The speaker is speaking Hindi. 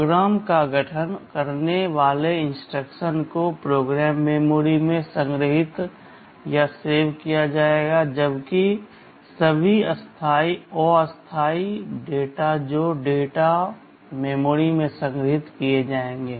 प्रोग्राम का गठन करने वाले इंस्ट्रक्शन को प्रोग्राम मेमोरी में संग्रहीत किया जाएगा जबकि सभी अस्थायी डेटा जो डेटा मेमोरी में संग्रहीत किए जाएंगे